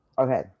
Okay